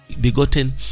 begotten